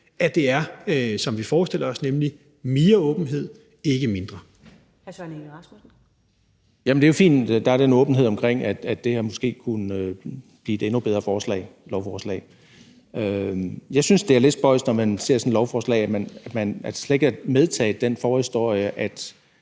Kl. 15:15 Søren Egge Rasmussen (EL): Jamen det er jo fint, at der er den åbenhed omkring, at det her måske kunne blive et endnu bedre lovforslag. Men jeg synes, det er lidt spøjst, når man ser sådan et lovforslag, at der slet ikke er taget den forhistorie